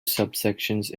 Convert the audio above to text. subsections